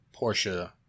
Porsche